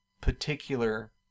particular